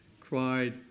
cried